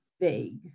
vague